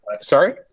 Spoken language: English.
Sorry